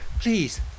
Please